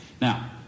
Now